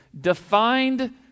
defined